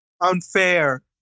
unfair